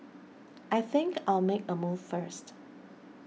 I think I'll make a move first